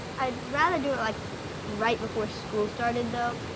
i'd rather do it like right before school started though.